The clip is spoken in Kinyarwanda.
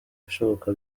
ibishoboka